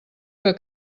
que